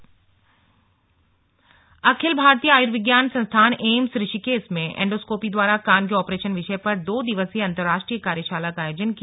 AIIMS कार्यशाला अखिल भारतीय आयुर्विज्ञान संस्थान एम्स ऋषिकेश में इंडोस्कोपी द्वारा कान के ऑपरेशन विषय पर दो दिवसीय अंतरराष्ट्रीय कार्यशाला का आयोजन किया